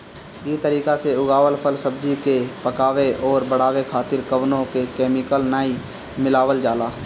इ तरीका से उगावल फल, सब्जी के पकावे अउरी बढ़ावे खातिर कवनो केमिकल नाइ मिलावल जाला